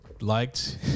liked